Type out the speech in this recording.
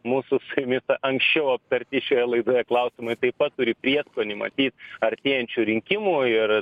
mūsų su jumis anksčiau aptarti šioje laidoje klausimai taip pat turi prieskonį matyt artėjančių rinkimų ir